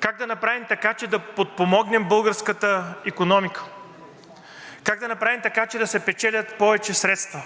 Как да направим така, че да подпомогнем българската икономика. Как да направим така, че да се печелят повече средства,